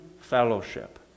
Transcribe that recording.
fellowship